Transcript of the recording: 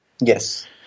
Yes